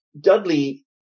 Dudley